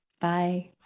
bye